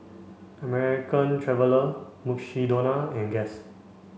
American Traveller Mukshidonna and Guess